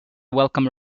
welcome